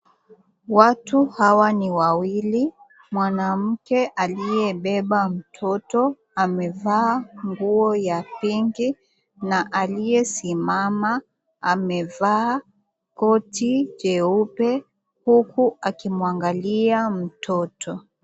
Watu hawa ni wawili, mwanamke aliyebeba mtoto, amevaa nguo ya pinki na aliyesimama amevaa koti jeupe huku akimuangalia mtoto.